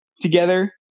together